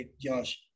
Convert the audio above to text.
Josh